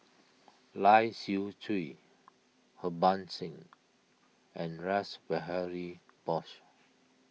Lai Siu Chiu Harbans Singh and Rash Behari Bose